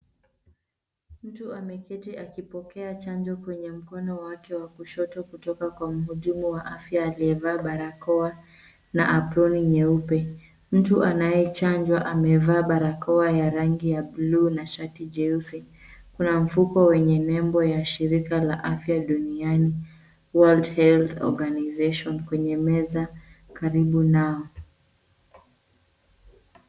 Mtu ameketi akipokea chanjo kwenye mkono wake wa kushoto kutoka kwa mhudumu wa afya aliyevaa barakoa na aproni nyeupe. Mtu anayechanjwa amevaa barakoa ya rangi ya bluu na shati jeusi. Kuna mfuko wenye nebo ya shirika la afya duniani; World Health Organization kwenye meza karibu nao.